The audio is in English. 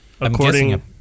according